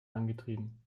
angetrieben